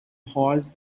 halt